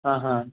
हां हां